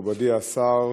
מכובדי השר,